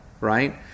right